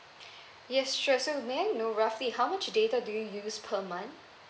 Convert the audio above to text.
yes sure so may I know roughly how much data do you use per month